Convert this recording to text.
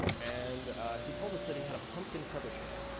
and he told us that he had a pumpkin trebuchet.